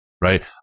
right